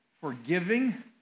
forgiving